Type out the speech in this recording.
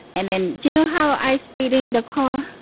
and then, you know how i speed in the car?